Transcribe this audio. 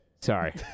Sorry